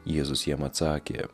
jėzus jam atsakė